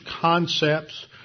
concepts